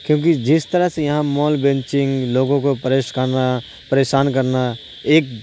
کیونکہ جس طرح سے یہاں لوگوں کو پریش کرنا پریشان کرنا ایک